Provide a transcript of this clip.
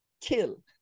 kill